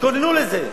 תתכוננו לזה.